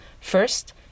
first